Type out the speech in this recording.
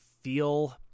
feel